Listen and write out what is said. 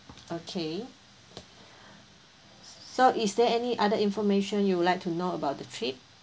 okay so is there any other information you would like to know about the trip